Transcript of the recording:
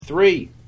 Three